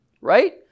Right